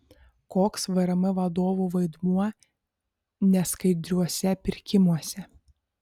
koks vrm vadovų vaidmuo neskaidriuose pirkimuose